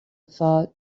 thought